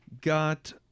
got